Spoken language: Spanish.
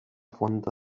fuente